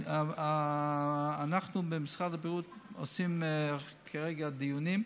אנחנו במשרד הבריאות עושים כרגע דיונים,